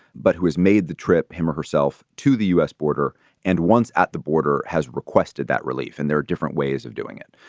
but who has made the trip, him or herself, to the u s. border and once at the border has requested that relief. and there are different ways of doing it.